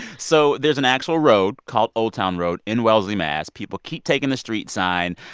so there's an actual road called old town road in wellesley, mass. people keep taking the street sign.